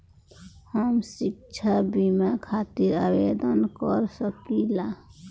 हम शिक्षा बीमा खातिर आवेदन कर सकिला?